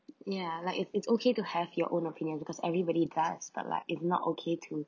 ya like it's it's okay to have your own opinion because everybody does but like is not okay to